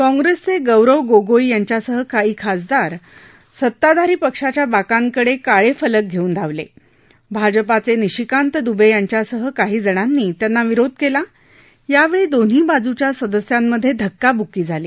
काँग्रस्प्रिशैरव गोगोई यांच्यासह काही खासदार सत्ताधारी पक्षाच्या बाकांकडळाळ फलक घरखिन धावला आजपाच विशिकांत दुबऱ्यांच्यासह काही जणांनी त्यांना विरोध कला यावळी दोन्ही बाजूच्या सदस्यांमध्यधिक्काबुक्की झाली